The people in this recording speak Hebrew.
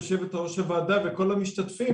יושבת-ראש הוועדה וכל המשתתפים,